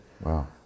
wow